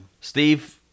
steve